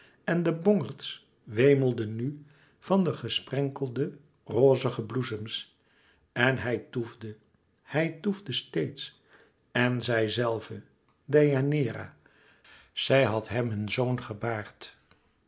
en de bongerds wemelden nu van de gesprenkelde rozige bloesems en hij toefde hij toefde steeds en zij zelve deianeira zij had hem hun zoon gebaard